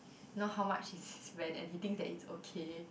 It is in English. you know how much is his rent and he thinks it's okay